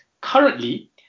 currently